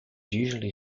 usually